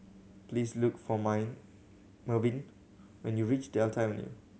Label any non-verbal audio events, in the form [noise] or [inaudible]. please look for [unintelligible] Mervyn when you reach Delta Avenue